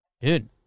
Dude